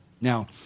Now